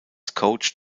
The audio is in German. coach